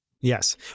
Yes